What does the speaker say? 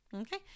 okay